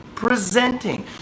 Presenting